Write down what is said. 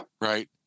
right